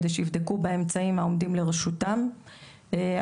על מנת שיבדקו באמצעים העומדים לרשותם --- לא,